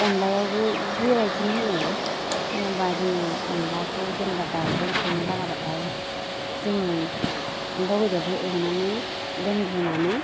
अनलायाबो बेबायदिनो होयो जेनेबा जोङो अनलाखौ जेनेबा दावजों संनो लागाबाथाय जोङो दाव बेदरखौ एवनानै दोनग्रोनानै